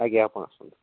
ଆଜ୍ଞା ଆପଣ ଆସନ୍ତୁ